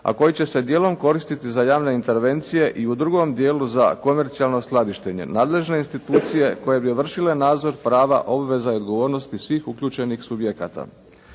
a koji će se dijelom koristiti za javne intervencije i u drugom dijelu za konvercijalno skladištenje. Nadležne institucije koje bi vršile nadzor prava, obveza i odgovornosti svih uključenih subjekata